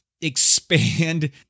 expand